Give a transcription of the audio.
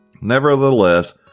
Nevertheless